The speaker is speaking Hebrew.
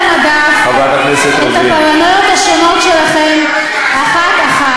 ולסדר על המדף את הפרנויות השונות שלכם אחת-אחת.